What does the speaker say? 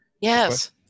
Yes